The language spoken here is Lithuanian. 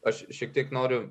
aš šiek tiek noriu